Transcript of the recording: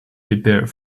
prepare